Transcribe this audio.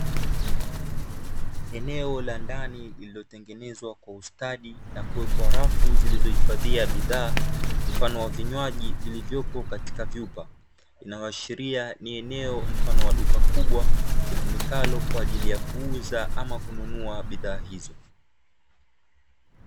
Eneo la ndani lililotengenezwa kwa ustadi na kuwekwa rafu, zilizo hifadhia bidhaa mfano wa vinywaji vilivyopo katika vyupa. Linaloashiria ni eneo la duka kubwa litumikalo kwa ajili ya kuuza ama kununua bizaa hizo.